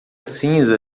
cinza